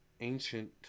ancient